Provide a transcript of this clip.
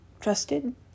trusted